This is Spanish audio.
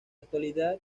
actualidad